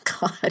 God